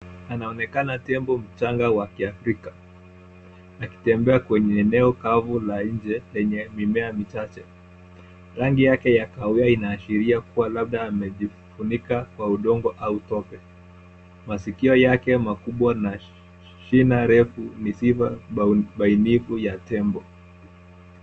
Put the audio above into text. Panaonekana tembo mchanga wa kiafrika akitembea kwenye eneo kavu la nje lenye mimea michache. Rangi yake ya kahawia inaashiria kuwa labda amejifunika kwa udongo au tope. Masikio yake makubwa na shina refu ni sifa bainifu ya tembo.